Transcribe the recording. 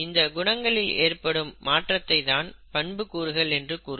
இந்த குணங்களில் ஏற்படும் மாற்றத்தை தான் பண்புக்கூறுகள் என்று கூறுவர்